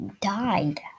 died